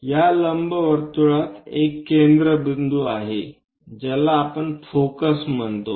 या लंबवर्तुळात एक केंद्रबिंदू आहे ज्याला आपण फोकस म्हणतो